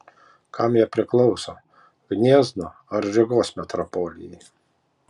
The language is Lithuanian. kam jie priklauso gniezno ar rygos metropolijai